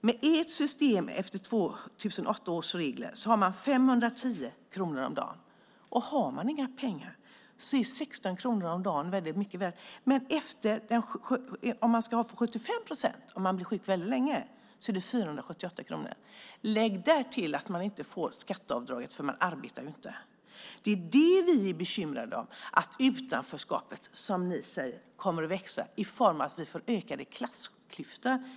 Med ert system, enligt 2008 års regler, får man 510 kronor om dagen. Och om man inte har några pengar är 16 kronor om dagen väldigt mycket värt. Men om man ska ha 75 procent, och blir sjuk väldigt länge, får man 478 kronor. Lägg därtill att man inte får skatteavdraget eftersom man inte arbetar. Vi är bekymrade över att utanförskapet kommer att växa i form av att vi får ökade klassklyftor.